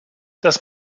das